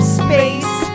space